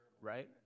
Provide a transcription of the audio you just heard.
right